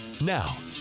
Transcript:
Now